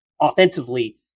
offensively